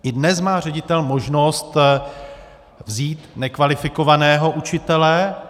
I dnes má ředitel možnost vzít nekvalifikovaného učitele.